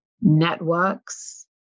networks